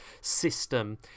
system